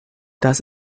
das